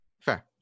Fair